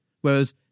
whereas